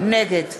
נגד